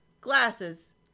glasses